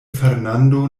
fernando